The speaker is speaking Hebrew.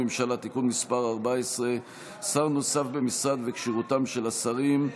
הממשלה (תיקון מס' 14) (שר נוסף במשרד וכשירותם של השרים)